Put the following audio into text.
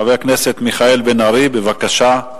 חבר הכנסת מיכאל בן-ארי, בבקשה.